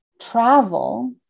travel